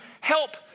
help